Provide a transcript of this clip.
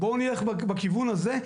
בואו נלך בכיוון הזה.